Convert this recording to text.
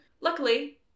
luckily